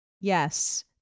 Yes